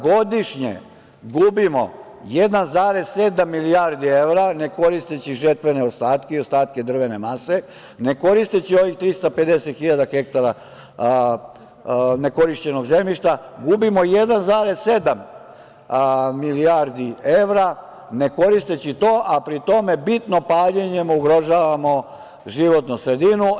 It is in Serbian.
Godišnje gubimo 1,7 milijardi evra, ne koristeći žetvene ostatke i ostatke drvene mase, ne koristeći 350.000 hektara nekorišćenog zemljišta gubimo 1,7 milijardi evra, ne koristeći to, a pri tome bitno paljenjem ugrožavamo životnu sredinu.